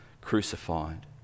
crucified